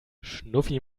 schnuffi